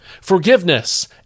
Forgiveness